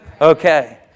Okay